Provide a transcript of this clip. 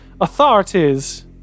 authorities